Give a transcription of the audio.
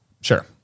Sure